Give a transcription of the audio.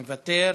מוותר,